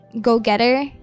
go-getter